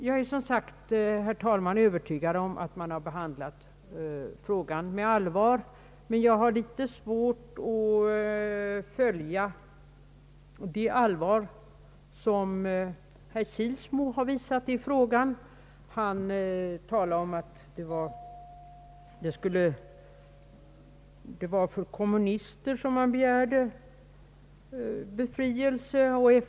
Jag är som sagt, herr talman, övertygad om att man behandlat frågan med allvar, men jag har litet svårt att följa den typ av allvar som herr Kilsmo visat. Han menade att det var för kommunister och FNL-are som man begärde befrielse.